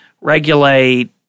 regulate